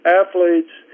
athletes